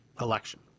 election